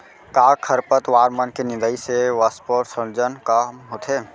का खरपतवार मन के निंदाई से वाष्पोत्सर्जन कम होथे?